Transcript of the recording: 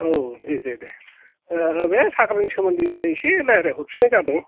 औ दे दे दे बे साख्रिनि सोमोन्दैनो एसे रायलायहरफिननाय जादों